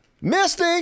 Misty